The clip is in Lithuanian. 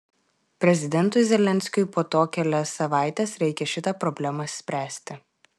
prezidentui zelenskiui po to kelias savaites reikia šitą problemą spręsti